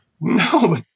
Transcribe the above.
No